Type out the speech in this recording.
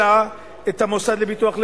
אלא את המוסד לביטוח הלאומי.